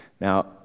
Now